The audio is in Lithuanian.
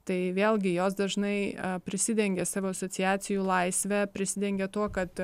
tai vėlgi jos dažnai prisidengia savo asociacijų laisve prisidengia tuo kad